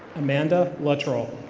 amanda latrell.